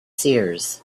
seers